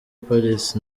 paris